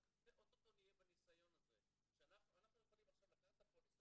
אנחנו יכולים עכשיו לקחת את הפוליסה